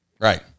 right